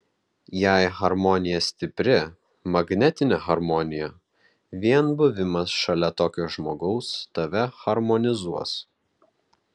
jei harmonija stipri magnetinė harmonija vien buvimas šalia tokio žmogaus tave harmonizuos